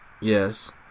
Yes